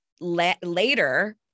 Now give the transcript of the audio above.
later